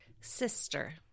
Sister